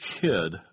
kid